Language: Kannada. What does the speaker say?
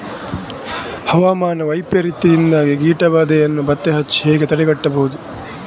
ಹವಾಮಾನ ವೈಪರೀತ್ಯದಿಂದಾಗಿ ಕೀಟ ಬಾಧೆಯನ್ನು ಪತ್ತೆ ಹಚ್ಚಿ ಹೇಗೆ ತಡೆಗಟ್ಟಬಹುದು?